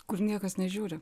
kur niekas nežiūri